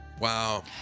Wow